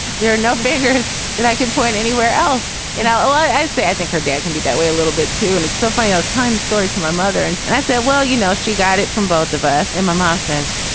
there are no figures that i can point anywhere else in. ah as the. i think her dad can be that way a little bit, too. and it's still fayose times story to my mother. and and i said, well, you know, she got it from both of us. and my mom says,